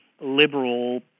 liberal